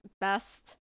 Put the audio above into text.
best